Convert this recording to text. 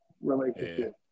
relationship